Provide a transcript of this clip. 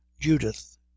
judith